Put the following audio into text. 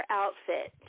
outfit